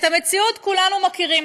את המציאות כולנו מכירים.